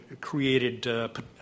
created